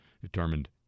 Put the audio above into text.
Determined